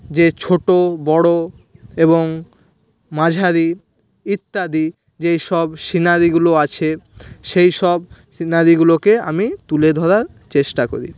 যে ছোটো বড়ো এবং মাঝারি ইত্যাদি যেই সব সিনারিগুলো আছে সেই সব সিনারিগুলোকে আমি তুলে ধরার চেষ্টা করি